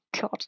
God